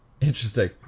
interesting